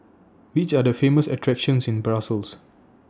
Which Are The Famous attractions in Brussels